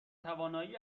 توانایی